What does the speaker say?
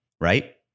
Right